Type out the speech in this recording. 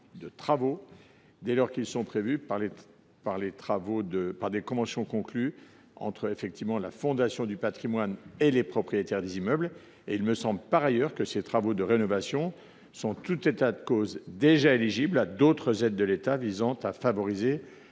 de travaux, dès lors qu’ils sont prévus par les conventions conclues entre la Fondation du patrimoine et les propriétaires des immeubles. Par ailleurs, il me semble que ces travaux de rénovation sont en tout état de cause éligibles à d’autres aides de l’État visant à favoriser